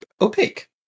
opaque